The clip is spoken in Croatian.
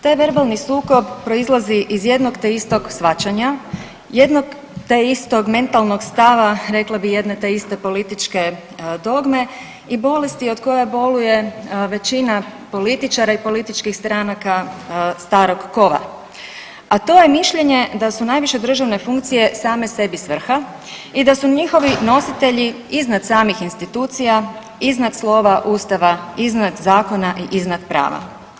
Taj verbalni sukob proizlazi iz jednog te istog shvaćanja, jednog te istog mentalnog stava, rekla bi jedne te iste političke dogme i bolesti od koje boluje većina političara i političkih stranaka starog kova, a to je mišljenje da su najviše državne funkcije same sebi svrha i da su njihovi nositelji iznad samih institucija, iznad slova ustava, iznad zakona i iznad prava.